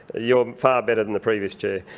you're far better than the previous chair.